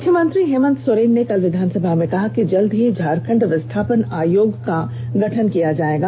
मुख्यमंत्री हेमन्त सोरेन ने कल विधानसभा में कहा कि जल्द ही झारखण्ड विस्थापन आयोग का गठन किया जाएगा